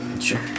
Sure